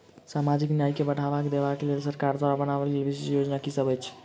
सामाजिक न्याय केँ बढ़ाबा देबा केँ लेल सरकार द्वारा बनावल गेल विशिष्ट योजना की सब अछि?